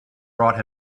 brought